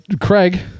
Craig